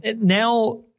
Now